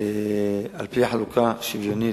על-פי חלוקה שוויונית,